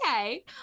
okay